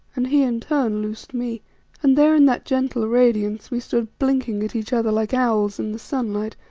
and he in turn loosed me and there in that gentle radiance we stood blinking at each other like owls in the sunlight,